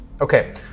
Okay